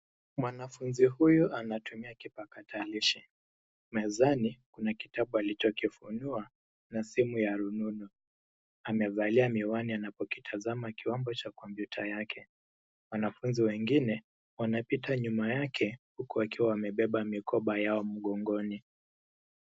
Mwanafunzi huyu anatumia kipakatalishi, mezani kuna kitabu alichokifunua na simu ya rununu. Amevalia miwani anapokitazama kiwambo cha kompyuta yake. Wanafunzi wengine wanapita nyuma yake huku wakiwa wamebeba mikoba yao mgongoni.